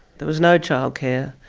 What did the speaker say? there was no childcare.